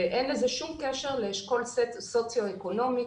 ואין לזה שום קשר לאשכול סוציו אקונומי,